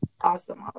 awesome